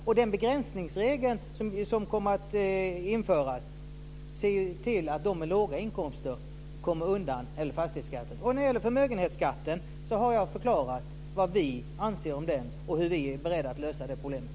Med den begränsningsregel som kommer att införas ser man till att de som har låga inkomster kommer undan när det gäller fastighetsskatten. Jag har tidigare förklarat vad vi anser om förmögenhetsskatten och hur vi är beredda att lösa det problemet.